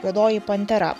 juodoji pantera